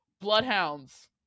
Bloodhounds